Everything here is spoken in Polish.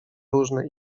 różne